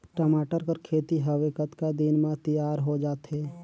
टमाटर कर खेती हवे कतका दिन म तियार हो जाथे?